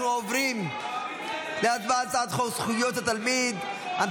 אנחנו עוברים להצבעה על הצעת חוק זכויות התלמיד (תיקון,